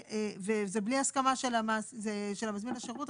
וזה בלי הסכמה של מזמין השירות.